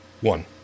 one